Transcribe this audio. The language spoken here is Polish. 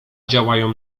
działają